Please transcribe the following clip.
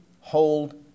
hold